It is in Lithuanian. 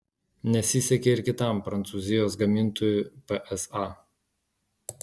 nesisekė ir kitam prancūzijos gamintojui psa